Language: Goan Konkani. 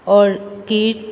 ओर्की